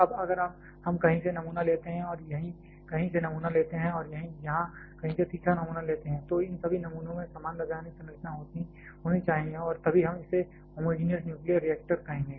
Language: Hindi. अब अगर हम कहीं से नमूना लेते हैं और यहां कहीं से नमूना लेते हैं और यहां कहीं से तीसरा नमूना लेते हैं तो इन सभी नमूनों में समान रासायनिक संरचना होनी चाहिए और तभी हम इसे होमोजीनियस न्यूक्लियर रिएक्टर कहेंगे